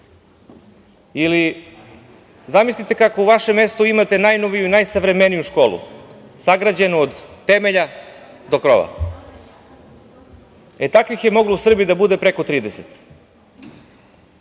Ili, zamislite kako u vašem mestu imate najnoviju i najsavremeniju školu sagrađenu od temelja do krova. Takvih je moglo u Srbiji da bude preko